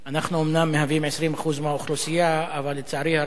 אנחנו אומנם 20% מהאוכלוסייה, אבל לצערי הרב,